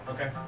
Okay